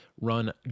run